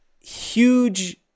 Huge